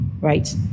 right